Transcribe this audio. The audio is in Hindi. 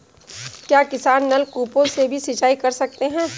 क्या किसान नल कूपों से भी सिंचाई कर सकते हैं?